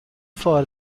for